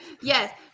Yes